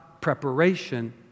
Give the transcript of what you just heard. preparation